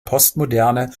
postmoderne